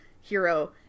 hero